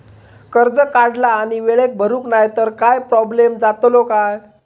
कर्ज काढला आणि वेळेत भरुक नाय तर काय प्रोब्लेम जातलो काय?